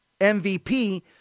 MVP